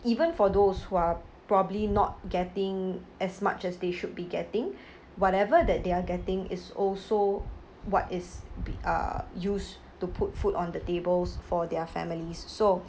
even for those who are probably not getting as much as they should be getting whatever that they're getting is also what is be~ uh used to put food on the tables for their families so